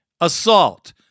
assault